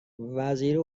وزیر